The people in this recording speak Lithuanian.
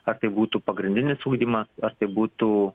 ar tai būtų pagrindinis ugdymas ar tai būtų